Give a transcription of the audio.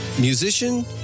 musician